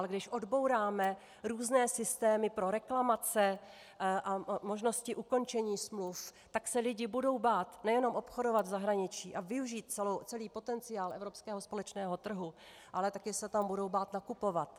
Když neodbouráme různé systémy pro reklamace a možnosti ukončení smluv, tak se lidé budou bát nejenom obchodovat v zahraničí a využít celý potenciál evropského společného trhu, ale také se tam budou bát nakupovat.